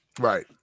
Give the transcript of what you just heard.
right